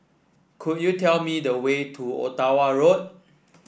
could you tell me the way to Ottawa Road